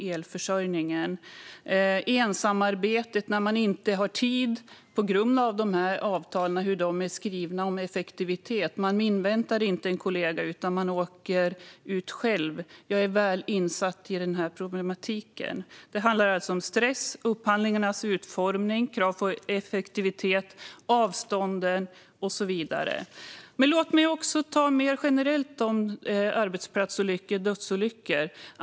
Det handlar också om ensamarbete. När man, på grund av hur avtalen är skrivna när det gäller effektivitet, inte har tid inväntar man inte en kollega utan åker ut själv. Jag är väl insatt i den här problematiken. Det handlar alltså om stress, upphandlingarnas utformning, krav på effektivitet, avstånd och så vidare. Låt mig också ta upp arbetsplatsolyckor och dödsolyckor mer generellt.